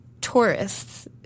tourists